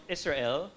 Israel